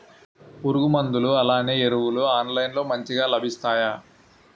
పురుగు మందులు అలానే ఎరువులు ఆన్లైన్ లో మంచిగా లభిస్తాయ?